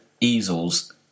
easels